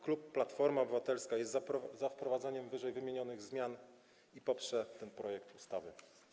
Klub Platforma Obywatelska jest za wprowadzeniem ww. zmian i poprze ten projekt ustawy.